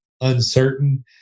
uncertain